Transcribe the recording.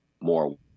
more